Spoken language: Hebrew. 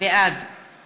בעד